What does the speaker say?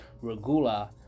Regula